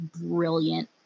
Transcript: brilliant